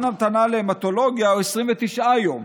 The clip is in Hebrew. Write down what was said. זמן המתנה להמטולוגיה הוא 29 יום,